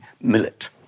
millet